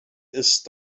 ist